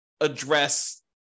address